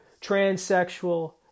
transsexual